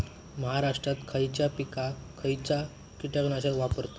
महाराष्ट्रात खयच्या पिकाक खयचा कीटकनाशक वापरतत?